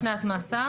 לפחות שנת מאסר.